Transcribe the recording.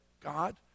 God